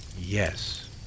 Yes